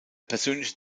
persönliche